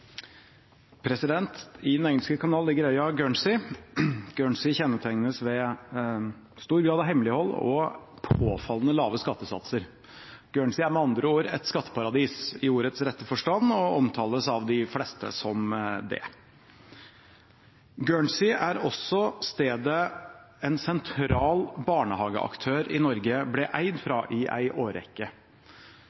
I Den engelske kanal ligger øya Guernsey. Guernsey kjennetegnes ved stor grad av hemmelighold og påfallende lave skattesatser. Guernsey er med andre ord et skatteparadis i ordets rette forstand og omtales av de fleste som det. Guernsey er også stedet en sentral barnehageaktør i Norge ble eid